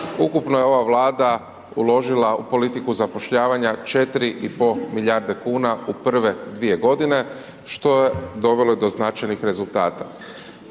Ukupno je ova Vlada uložila u politiku zapošljavanja 4 i pol milijarde kuna u prve dvije godine, što je dovelo i do značajnih rezultata.